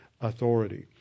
authority